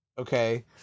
okay